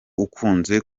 ukunze